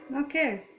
okay